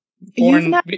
Born